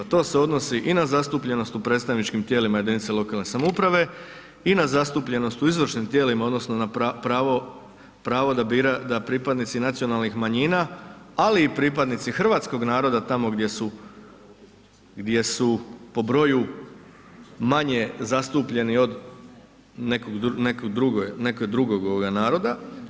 To se odnosi i na zastupljenost u predstavničkim tijelima jedinica lokalne samouprave i na zastupljenost u izvršnim tijela odnosno na pravo, pravo da bira da pripadnici nacionalnih manjina, ali i pripadnici hrvatskog naroda tamo gdje su, gdje su po broju manje zastupljeni od nekog drugog naroda.